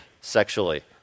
sexually